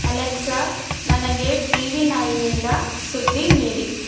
Alexa ನನಗೆ T V ನೈನ್ನಿಂದ ಸುದ್ದಿ ನೀಡಿ